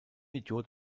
idiot